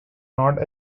not